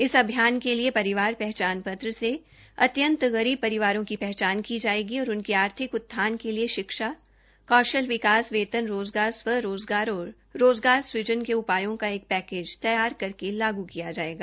इस अभियान के लिए परिवार पहचान पत्र से अत्यंत गरीब परिवारों की पहचान की जायेगी और उनके आर्थिक उत्थान के लिए शिक्षा कौशल विकास वेतन रोज़गार स्वरोज़गार और रोज़गार सुज़न के उपायों केा एक पैकेज तैयार करके लागू किया जायेगा